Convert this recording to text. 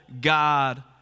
god